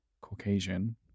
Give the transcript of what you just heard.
Caucasian